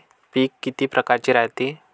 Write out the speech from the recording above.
पिकं किती परकारचे रायते?